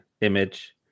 image